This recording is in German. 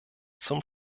zum